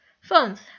phones